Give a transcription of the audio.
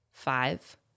Five